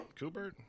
Kubert